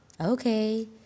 Okay